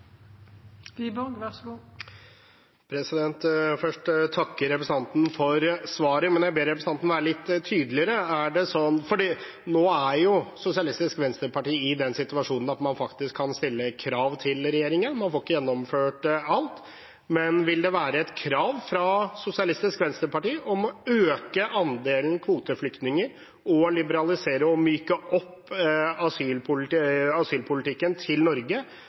takke representanten for svaret, men jeg vil be representanten være litt tydeligere. Nå er jo Sosialistisk Venstreparti i den situasjonen at man faktisk kan stille krav til regjeringen. Man får ikke gjennomført alt, men vil det være et krav fra Sosialistisk Venstreparti om å øke andelen kvoteflyktninger og liberalisere og myke opp asylpolitikken til Norge